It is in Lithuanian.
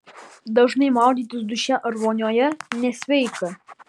dažnai maudytis duše ar vonioje nesveika